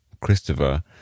Christopher